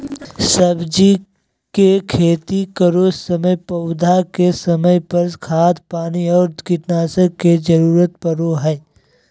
सब्जी के खेती करै समय पौधा के समय पर, खाद पानी और कीटनाशक के जरूरत परो हइ